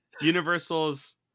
Universal's